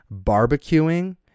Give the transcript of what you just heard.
barbecuing